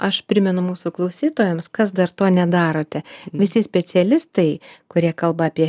aš primenu mūsų klausytojams kas dar to nedarote visi specialistai kurie kalba apie